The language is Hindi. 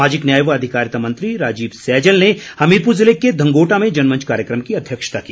सामाजिक न्याय व अधिकारिता मंत्री राजीव सैजल ने हमीरपुर जिले के धंगोटा में जनमंच कार्यक्रम की अध्यक्षता की